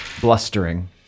Blustering